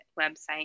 website